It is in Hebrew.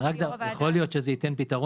כמו שיו"ר הוועדה --- יכול להיות שזה ייתן פתרון,